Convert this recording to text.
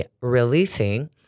releasing